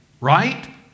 Right